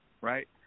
right